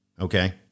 Okay